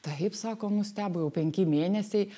taip sako nustebo jau penki mėnesiai